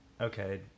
okay